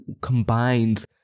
combines